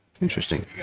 Interesting